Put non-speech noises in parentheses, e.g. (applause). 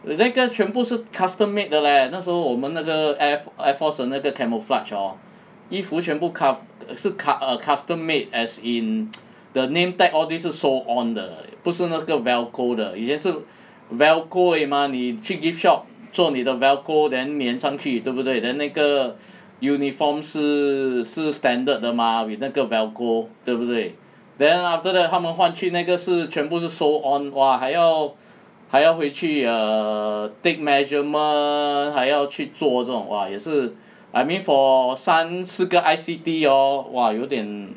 我那个全部是 custom make 的 leh 那时候我们那个 air air force 的那个 camouflage hor 衣服全部 cus~ 是 cus~ err custom made as in (noise) the name tag all these 是 sew on the leh 不是那个 velcro 以前是 velcro 而已 mah 你去 gift shop 做你的 velcro then 粘上去对不对 then 那个 uniform 是是 standard 的 mah with 那个 velcro 对不对 then after that 他们换去那个是全部是 sew on !wah! 还要还要回去 err take measurement 还要去做这种 !wah! 也是 I mean for 三四个 I_C_T hor !wah! 有点 (noise)